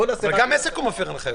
בוא נעשה --- גם עסק מפר הנחיות.